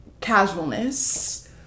casualness